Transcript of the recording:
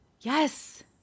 Yes